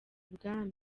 bwami